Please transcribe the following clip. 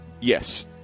yes